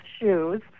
shoes